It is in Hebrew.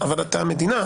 אבל אתה המדינה,